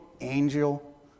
angel